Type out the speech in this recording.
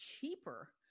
cheaper